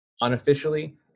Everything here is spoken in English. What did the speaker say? unofficially